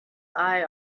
eye